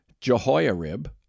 Jehoiarib